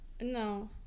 No